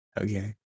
Okay